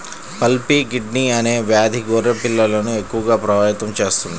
pulpy kidney అనే వ్యాధి గొర్రె పిల్లలను ఎక్కువగా ప్రభావితం చేస్తుంది